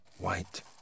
white